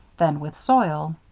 then with soil.